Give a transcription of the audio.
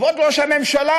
כבוד ראש הממשלה,